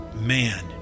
man